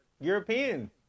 European